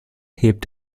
hebt